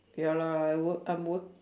ya lah I work I'm work